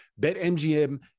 BetMGM